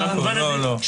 במובן הזה,